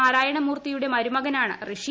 നാരായണമൂർത്തിയുടെ മരുമകനാണ് റിഷി